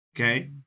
Okay